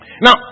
Now